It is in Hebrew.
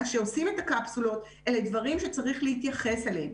אז כשעושים את הקפסולות אלה דברים שצריך להתייחס אליהם.